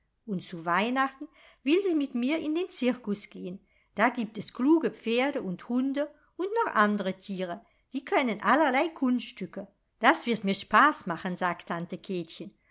und zu weihnachten will sie mit mir in den zirkus gehn da gibt es kluge pferde und hunde und noch andre tiere die können allerlei kunststücke das wird mir spaß machen sagt tante